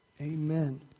Amen